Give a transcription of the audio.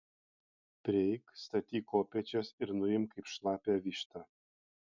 prieik statyk kopėčias ir nuimk kaip šlapią vištą